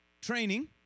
Training